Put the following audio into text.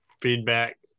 Feedback